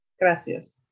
Gracias